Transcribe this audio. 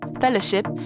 fellowship